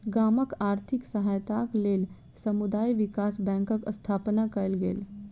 गामक आर्थिक सहायताक लेल समुदाय विकास बैंकक स्थापना कयल गेल